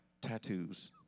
tattoos